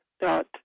dot